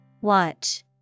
Watch